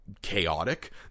chaotic